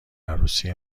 عروسی